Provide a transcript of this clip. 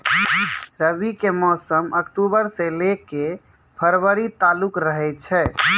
रबी के मौसम अक्टूबरो से लै के फरवरी तालुक रहै छै